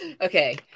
okay